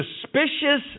suspicious